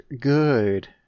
good